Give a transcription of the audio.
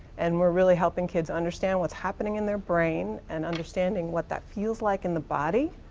and we're really helping kids understand what's happening in their brain and understanding what that feels like in the body.